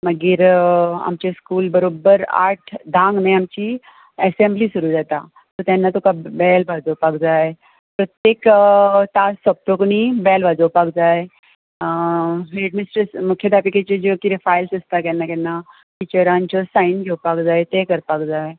आमचें स्कूल बरोबर आठ धांक न्हय आमची एसेंब्ली सुरू जाता सो तेन्ना तुका बेल वाजोवपाक जाय प्रत्येक तास सोंपतच न्हय बेल वाजोवपाक जाय हॅडमिस्ट्रस मुख्यअध्यापिकीचें ज्यो कितें फायल्स आसतात केन्ना केन्ना टिचऱ्यांच्यो सायन घेवपाक जाय तें करपाक जाय